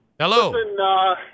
hello